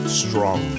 strong